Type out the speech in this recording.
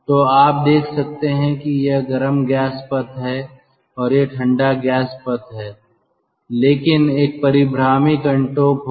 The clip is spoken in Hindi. तो आप देख सकते हैं कि यह गर्म गैस पथ है और यह ठंडा गैस पथ है लेकिन एक परीभ्रामी हुड होगा